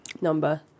number